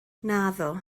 naddo